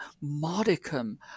modicum